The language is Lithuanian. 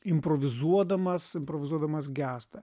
improvizuodamas improvizuodamas gęsta